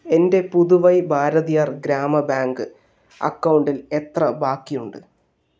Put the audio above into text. എൻ്റെ പുതുവൈ ഭാരതിയാർ ഗ്രാമ ബാങ്ക് അക്കൗണ്ടിൽ എത്ര ബാക്കിയുണ്ട്